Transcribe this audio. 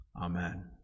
amen